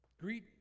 Greet